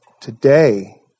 today